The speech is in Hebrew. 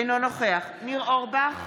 אינו נוכח ניר אורבך,